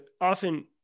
often